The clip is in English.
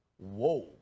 Whoa